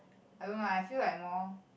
I don't know lah I feel like more